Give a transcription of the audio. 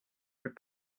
plus